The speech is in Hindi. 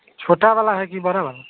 छोटा वाला भी है कि बड़ा वाला